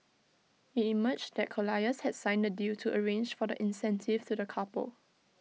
IT emerged that colliers had signed the deal to arrange for the incentive to the couple